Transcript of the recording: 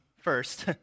first